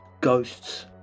ghosts